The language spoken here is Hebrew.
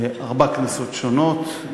בארבע כנסות שונות,